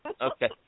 Okay